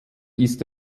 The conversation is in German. ist